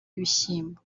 ibishyimbo